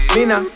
Mina